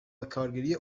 بکارگیری